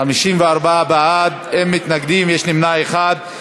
54 בעד, אין מתנגדים ויש נמנע אחד.